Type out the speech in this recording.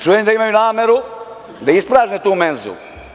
Čujem da imaju nameru, da isprazne tu menzu.